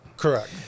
Correct